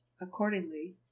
accordingly